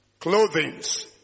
Clothings